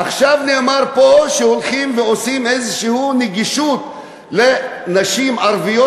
עכשיו נאמר פה שהולכים ועושים נגישות כלשהי לנשים ערביות,